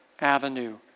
avenue